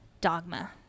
Dogma